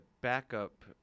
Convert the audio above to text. backup